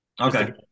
Okay